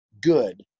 good